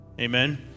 Amen